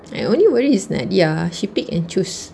I only worry is nadia she pick and choose